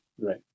Right